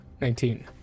Nineteen